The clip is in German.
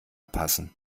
passen